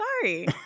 sorry